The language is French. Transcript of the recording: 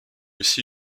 aussi